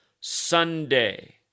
sunday